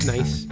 Nice